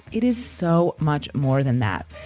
it is so much more than that.